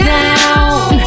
down